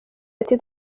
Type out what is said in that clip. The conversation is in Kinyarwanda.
ati